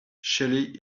shelly